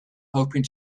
hoping